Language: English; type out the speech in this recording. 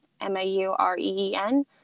M-A-U-R-E-E-N